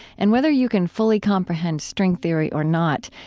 and whether you can fully comprehend string theory or not,